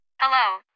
Hello